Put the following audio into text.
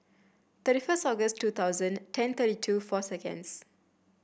thirty first August two thousand ten thirty two four seconds